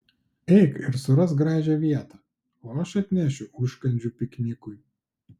eik ir surask gražią vietą o aš atnešiu užkandžių piknikui